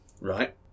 Right